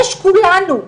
יש כולנו.